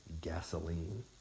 gasoline